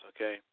okay